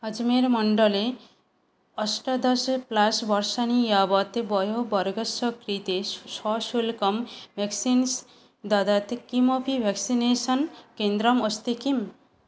अजमेर् मण्डले अष्टादश प्लस् वर्षाणि यावत् वयोवर्गस्य कृते सशुल्कं वाक्क्सीन्स् ददत् किमपि व्याक्सिनेसन् केन्द्रम् अस्ति किम्